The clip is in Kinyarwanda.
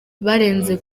barenze